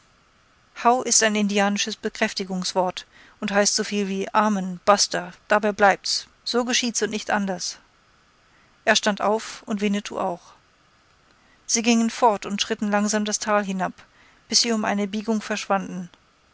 howgh ist ein indianisches bekräftigungswort und heißt so viel wie amen basta dabei bleibt's so geschieht's und nicht anders er stand auf und winnetou auch sie gingen fort und schritten langsam das tal hinab bis sie um eine biegung verschwanden